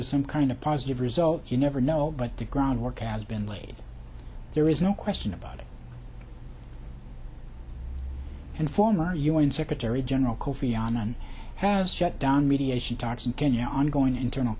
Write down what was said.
is some kind of positive result you never know but the groundwork has been laid there is no question about it and former u n secretary general kofi annan has shut down mediation talks in kenya ongoing internal